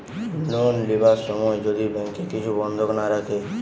loan লিবার সময় যদি ব্যাংকে কিছু বন্ধক না রাখে